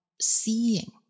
seeing